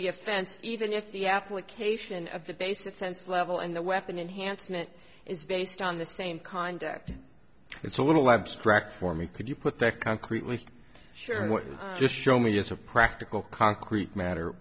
the offense even if the application of the base offense level and the weapon enhancement is based on the same conduct it's a little abstract for me could you put that concretely sure what you just show me as a practical concrete matter